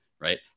right